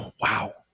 Wow